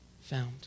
found